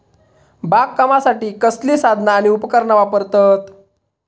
बागकामासाठी कसली साधना आणि उपकरणा वापरतत?